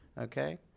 Okay